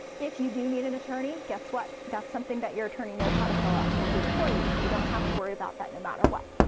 if you do need an attorney guess what? that's something that your attorney knows how to fill out and will do it for you, so you don't have to worry about that, no matter what.